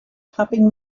hopping